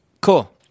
cool